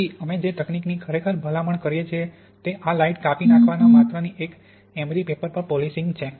તેથી અમે જે તકનીકીની ખરેખર ભલામણ કરીએ છીએ તે આ લાઇટ કાપી નાંખવાની માત્રાની એક એમરી પેપર પર પોલિશિંગ છે